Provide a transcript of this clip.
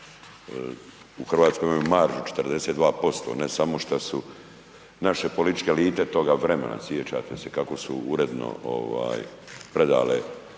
U Hrvatskoj imaju maržu 42% ne samo što su naše političke elite toga vremena sijećate se kako su uredno ovaj predale